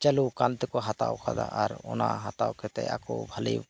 ᱪᱟᱹᱞᱩᱣ ᱟᱠᱟᱱ ᱛᱮᱠᱚ ᱦᱟᱛᱟᱣ ᱟᱠᱟᱫᱟ ᱚᱱᱟ ᱦᱟᱛᱟᱣ ᱠᱟᱛᱮ ᱟᱠᱚ